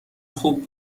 خوب